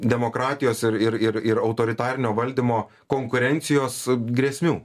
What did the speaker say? demokratijos ir ir ir autoritarinio valdymo konkurencijos grėsmių